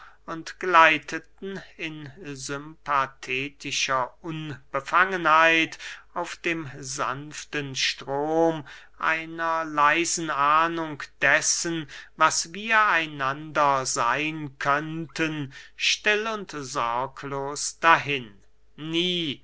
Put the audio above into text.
und gleiteten in sympathetischer unbefangenheit auf dem sanften strom einer leisen ahnung dessen was wir einander seyn könnten still und sorglos dahin nie